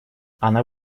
она